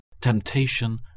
temptation